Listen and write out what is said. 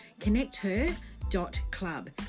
connecther.club